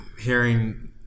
hearing